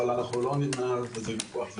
אבל אנחנו לא ננהל על זה ויכוח.